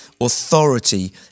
authority